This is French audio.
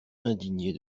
indigné